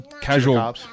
Casual